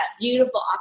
beautiful